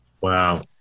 Wow